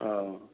औ